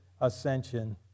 ascension